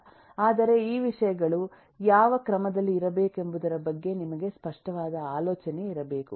ಆದರೆ ಈ ವಿಷಯಗಳು ಯಾವ ಕ್ರಮದಲ್ಲಿ ಇರಬೇಕೆಂಬುದರ ಬಗ್ಗೆ ನಿಮಗೆ ಸ್ಪಷ್ಟವಾದ ಆಲೋಚನೆ ಇರಬೇಕು